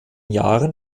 jahren